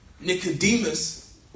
Nicodemus